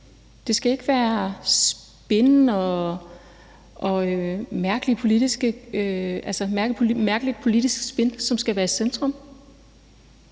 Det skal ikke være mærkeligt politisk spin, som skal være i centrum.